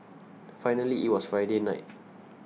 finally it was Friday night